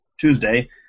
Tuesday